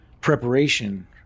preparation